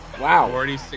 Wow